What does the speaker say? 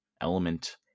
element